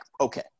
okay